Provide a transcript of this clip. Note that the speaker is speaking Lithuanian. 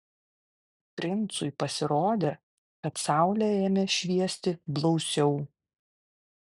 princui pasirodė kad saulė ėmė šviesti blausiau